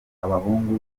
abahungu